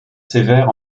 sévère